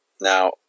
now